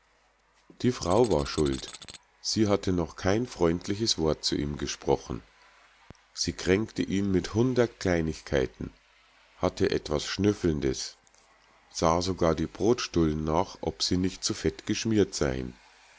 die frau war schuld sie hatte noch kein freundliches wort zu ihm gesprochen sie kränkte ihn mit hundert kleinigkeiten hatte etwas schnüffelndes sah sogar die brotstullen nach ob sie nicht zu fett geschmiert seien